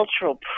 cultural